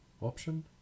option